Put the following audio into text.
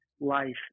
life